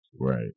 Right